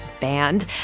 Band